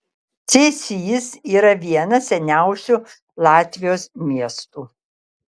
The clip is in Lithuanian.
cėsys yra vienas seniausių latvijos miestų